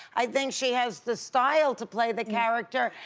i think she has the style to play the character.